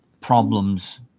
problems